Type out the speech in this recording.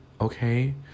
Okay